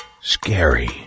Scary